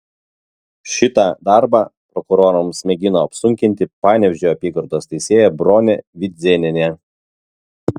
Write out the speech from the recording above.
šitą darbą prokurorams mėgino apsunkinti panevėžio apygardos teisėja bronė vidzėnienė